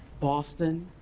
boston,